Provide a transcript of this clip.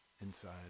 inside